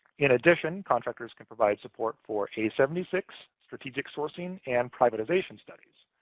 in addition, contractors can provide support for a seven six, strategic sourcing, and privatization studies,